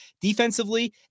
Defensively